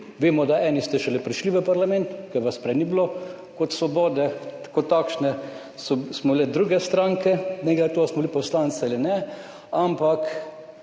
Vemo, da eni ste šele prišli v parlament, ker vas prej ni bilo kot Svobode, kot takšne smo bile druge stranke, ne glede na to, smo bili poslanci ali ne, ampak